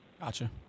Gotcha